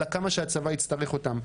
אלא כמה שהצבא יצטרך אותם.